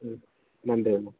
ம் நன்றிமா